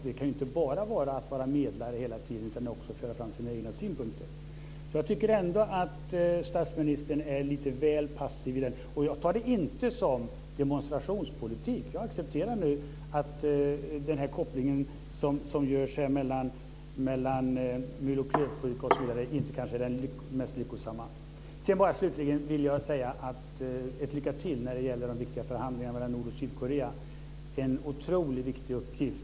Det kan inte bara vara att var medlare hela tiden, utan man måste också föra fram sina egna synpunkter. Jag tycker att statsministern är lite väl passiv. Jag tar det inte som demonstrationspolitik. Jag accepterar att den koppling som sker till mul och klövsjukan inte är den mest lyckosamma. Slutligen vill jag bara säga lycka till när det gäller de viktiga förhandlingarna mellan Nord och Sydkorea. Det är en otroligt viktig uppgift.